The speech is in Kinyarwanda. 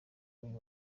uyu